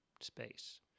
space